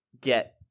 get